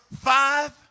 five